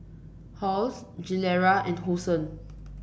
Halls Gilera and Hosen